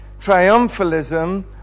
triumphalism